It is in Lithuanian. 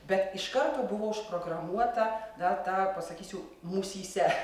bet iš karto buvo užprogramuota na tą pasakysiu mūsyse